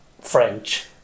French